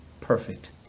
perfect